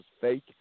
fake